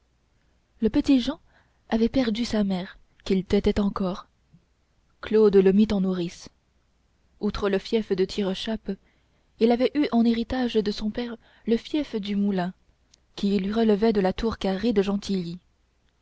le petit jehan avait perdu sa mère qu'il tétait encore claude le mit en nourrice outre le fief de tirechappe il avait eu en héritage de son père le fief du moulin qui relevait de la tour carrée de gentilly